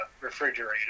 refrigerator